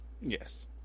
yes